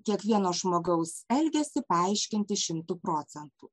kiekvieno žmogaus elgesį paaiškinti šimtu procentų